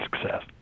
success